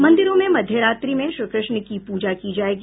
मंदिरों में मध्य रात्रि में श्रीकृष्ण का पूजा की जायेगी